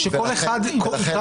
שנייה, אנו עושים עצירה